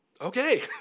Okay